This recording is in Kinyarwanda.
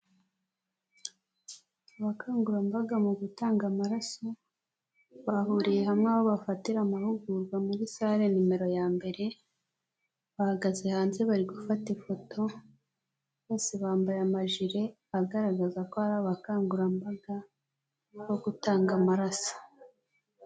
Abakangurambaga mu gutanga amaraso bahuriye hamwe aho bafatira amahugurwa muri sale nimero ya mbere, bahagaze hanze bari gufata ifoto, bose bambaye amajile agaragaza ko ari abakangurambaga bo gutanga amaraso.